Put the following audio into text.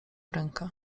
rękę